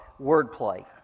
wordplay